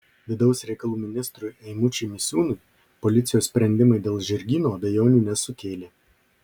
vidaus reikalų ministrui eimučiui misiūnui policijos sprendimai dėl žirgyno abejonių nesukėlė